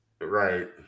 Right